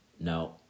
No